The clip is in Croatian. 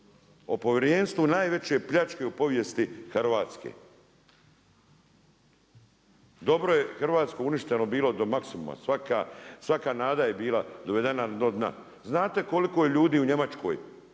o povjerenstvu najveće pljačke u povijesti Hrvatske. Dobro je hrvatsko uništeno bilo do maksimuma, svaka nada je bila dovedena do dna. Znate koliko je ljudi u Njemačkoj